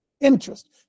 Interest